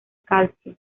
calcio